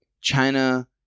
China